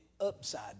upside